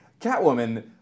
Catwoman